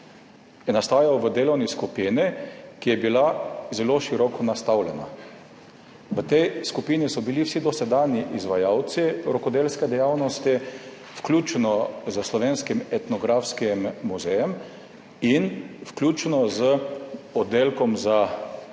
nastajal v delovni skupini, ki je bila zelo široko nastavljena. V tej skupini so bili vsi dosedanji izvajalci rokodelske dejavnosti, vključno s Slovenskim etnografskim muzejem in vključno z oddelkom za